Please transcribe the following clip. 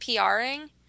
PRing